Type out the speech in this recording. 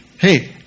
Hey